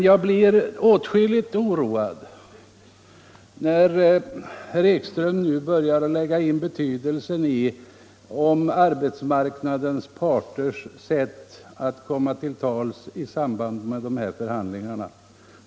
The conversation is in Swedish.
Jag blir åtskilligt oroad när herr Ekström nu börjar tala om det sätt på vilket arbetsmarknadsparterna får komma till tals i samband med de här förhandlingarna.